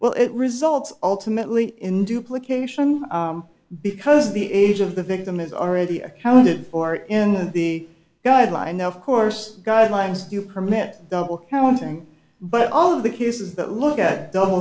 well it results ultimately in duplication because the age of the victim is already accounted for in the guideline of course guidelines do permit double counting but all of the cases that look at